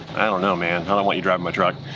i don't know, man. i don't want you driving my truck.